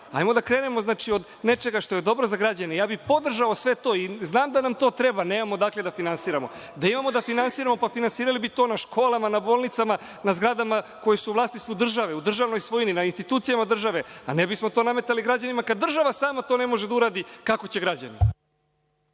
Ajmo da krenemo od nečega što je dobro za građane. Ja bih podržao sve to i znam da nam to treba, nemamo odakle da finansiramo. Da imamo da finansiramo, pa finansirali bi to na školama, na bolnicama, na zgradama koje su u vlasništvu države, u državnoj svojini, na institucijama države, a ne bismo to nametali građanima, kada država sama to ne može da uradi, kako će građani?